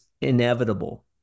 inevitable